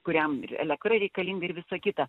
kuriam ir elektra reikalingi ir visa kita